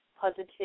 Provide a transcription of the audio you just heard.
positive